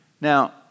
Now